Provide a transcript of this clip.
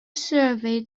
survey